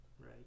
right